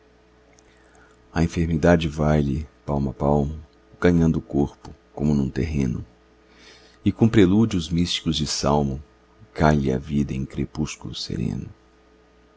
a enfermidade vai lhe palmo a palmo ganhando o corpo como num terreno e com prelúdios místicos de salmo cai-lhe a vida em crepúsculo sereno